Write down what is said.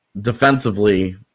defensively